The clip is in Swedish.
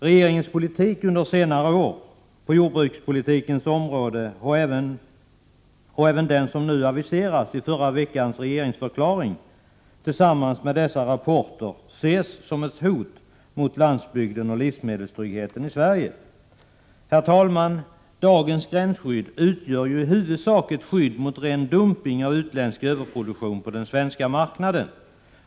Regeringens politik under senare år på jordbrukets område och även den politik som aviseras i regeringsförklaringen från förra veckan ses tillsammans med dessa båda rapporter som ett hot mot landsbygden och livsmedelstryggheten i Sverige. Herr talman! Dagens gränsskydd utgör i huvudsak ett skydd mot ren dumpning av utländsk överproduktion på den svenska marknaden.